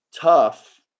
tough